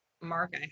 mark